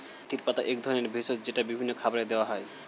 মেথির পাতা এক ধরনের ভেষজ যেটা বিভিন্ন খাবারে দেওয়া হয়